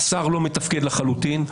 השר לא מתפקד לחלוטין.